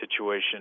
situation